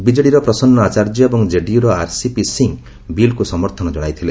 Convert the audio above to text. ବିଜେଡିର ପ୍ରସନ୍ନ ଆଚାର୍ଯ୍ୟ ଏବଂ କେଡିୟୁର ଆର୍ସିପି ସିଂ ବିଲ୍କୁ ସମର୍ଥନ କଣାଇଥିଲେ